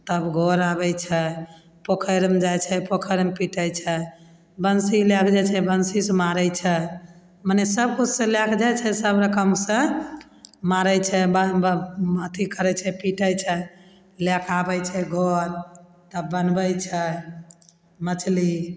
तब घर आबय छै पोखरिमे जाइ छै पोखरिमे पीटय छै बंसी लएके जाइ छै बंसीसँ मारय छै मने सबकिछुसँ लए कऽ जाइ छै सब सँ मारय छै ब ब अथी करय छै पीटय छै लए कऽ आबय छै घर तब बनबय छै मछली